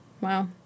Wow